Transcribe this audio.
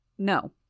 No